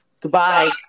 Goodbye